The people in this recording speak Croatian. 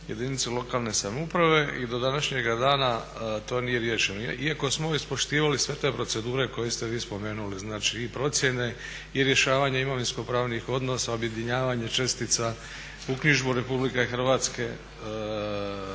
jedinici lokalne samouprave i do današnjega dana to nije riješeno. Iako smo ispoštivali sve te procedure koje ste vi spomenuli, znači i procjene i rješavanje imovinsko pravnih odnosa, objedinjavanje čestica, uknjižbu Republike Hrvatske